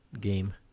game